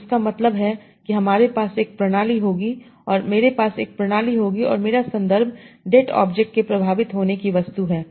तो इसका मतलब कि हमारे पास एक प्रणाली होगी और मेरे पास एक प्रणाली होगी और मेरा संदर्भ det ऑब्जेक्ट के प्रभावित होने की वस्तु है